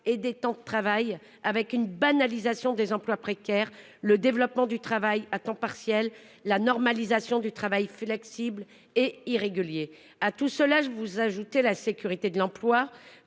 et des temps de travail, avec une banalisation des emplois précaires, le développement du travail à temps partiel ainsi que la normalisation du travail flexible et irrégulier. À tout cela, il faut ajouter l'insécurité de l'emploi,